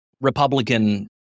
Republican